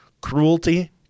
cruelty